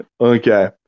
Okay